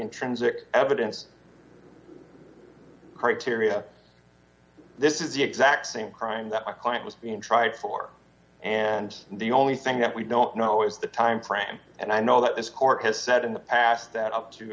intrinsic evidence criteria this is the exact same crime that my client was being tried for and the only thing that we don't know is the timeframe and i know that this court has said in the past that up to